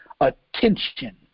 attention